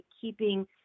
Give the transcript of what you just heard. keeping